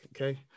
Okay